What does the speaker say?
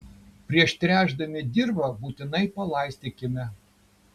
prieš tręšdami dirvą būtinai palaistykime